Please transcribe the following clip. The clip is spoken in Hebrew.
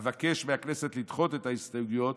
אבקש מהכנסת לדחות את ההסתייגויות